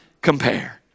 compare